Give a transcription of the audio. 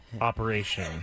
operation